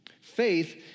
Faith